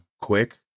quick